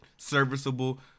serviceable